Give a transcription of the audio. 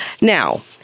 Now